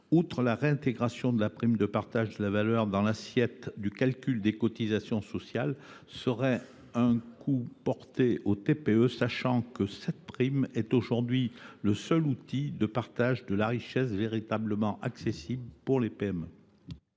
La réintégration de la prime de partage de la valeur dans l’assiette du calcul des cotisations sociales serait un autre coup porté aux TPE, car cette prime est aujourd’hui le seul outil de partage de la richesse véritablement accessible aux petites